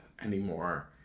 anymore